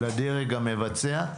לדרג המבצע,